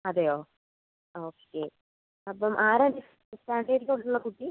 അതെയോ ഓക്കെ അപ്പം ആരാണ് സെക്കൻഡ് സ്റ്റാൻഡേർഡിലോട്ടുള്ള കുട്ടി